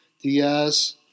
Diaz